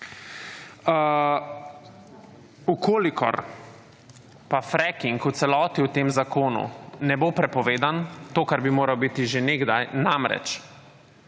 kolikor pa fracking v celoti v tem zakonu ne bo prepovedan, to kar bi moral biti že nekdaj, namreč